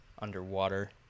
underwater